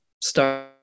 start